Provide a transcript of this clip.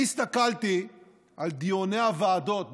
אני הסתכלתי על דיוני הוועדות,